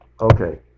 Okay